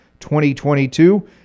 2022